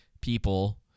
people